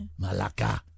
malaka